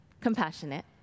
compassionate